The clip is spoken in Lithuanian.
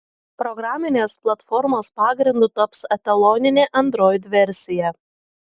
programinės platformos pagrindu taps etaloninė android versija